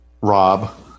Rob